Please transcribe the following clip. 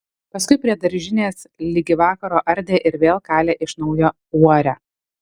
paskui prie daržinės ligi vakaro ardė ir vėl kalė iš naujo uorę